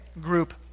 group